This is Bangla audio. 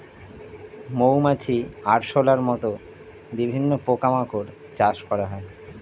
মৌমাছি, আরশোলার মত বিভিন্ন পোকা মাকড় চাষ করা হয়